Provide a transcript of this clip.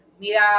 Mira